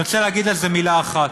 אני רוצה להגיד על זה מילה אחת: